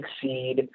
succeed